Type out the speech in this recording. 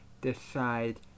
decide